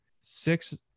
six